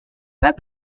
pas